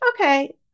Okay